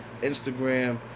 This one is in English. Instagram